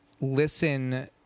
listen